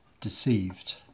deceived